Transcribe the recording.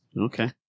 Okay